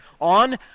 on